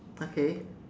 okay